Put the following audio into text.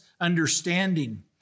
understanding